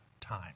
time